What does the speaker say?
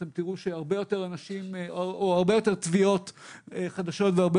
אתם תראו שהרבה יותר תביעות חדשות והרבה